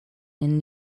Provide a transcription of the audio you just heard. and